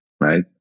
right